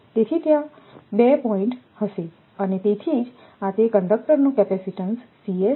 તેથી ત્યાં 2 પોઇન્ટ્ હશે અને તેથી જ આ તે કંડક્ટરનો કેપેસિટીન્સ હશે